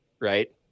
right